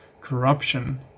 corruption